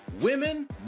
Women